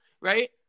right